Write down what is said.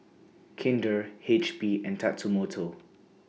Kinder H P and Tatsumoto